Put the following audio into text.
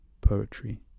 Poetry